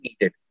needed